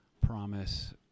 promise